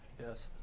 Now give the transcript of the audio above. Yes